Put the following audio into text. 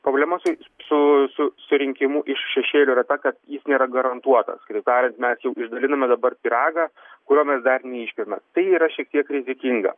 problemos su su surinkimu iš šešėlio yra ta kad jis nėra garantuotas kitaip tariant mes jau išdaliname dabar pyragą kurio mes dar neiškepėme tai yra šiek tiek rizikinga